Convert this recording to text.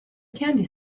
candy